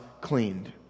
cleaned